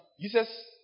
Jesus